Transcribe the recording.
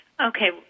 Okay